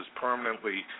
permanently